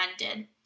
ended